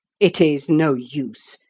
it is no use.